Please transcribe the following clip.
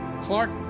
Clark